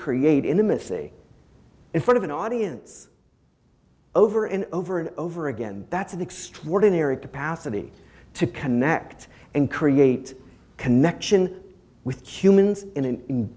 create intimacy in front of an audience over and over and over again that's an extraordinary capacity to connect and create connection with humans in